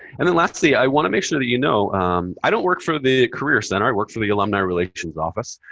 and then lastly, i want to make sure that you know i don't work for the career center. i work for the alumni relations office.